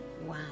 Wow